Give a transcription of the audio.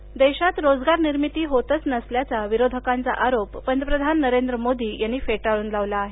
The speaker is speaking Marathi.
मोदी देशात रोजगार निर्मिती होतच नसल्याचा विरोधकांचा आरोप पंतप्रधान नरेंद्र मोदी यांनी फेटाळून लावला आहे